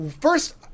First